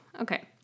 Okay